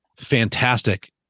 fantastic